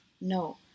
No